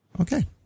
Okay